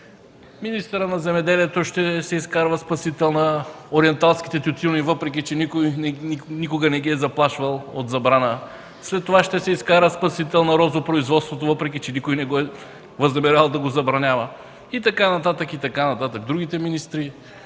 Министърът на земеделието ще се изкарва спасител на ориенталските тютюни, въпреки че никой никога не ги е заплашвал от забрана. След това ще се изкара спасител на розопроизводството, въпреки че никой не е възнамерявал да го забранява и така нататък, и така нататък. Другите министри